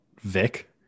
Vic